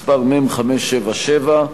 מס' מ/577,